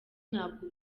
ntabwo